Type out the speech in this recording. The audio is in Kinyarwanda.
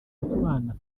utwana